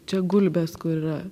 čia gulbės kur yra